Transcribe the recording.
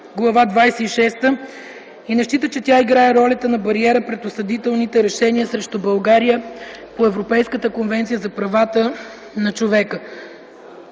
Глава 26 и не счита, че тя играе ролята на бариера пред осъдителни решения срещу България по Европейската конвенция за правата на човека.